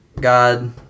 God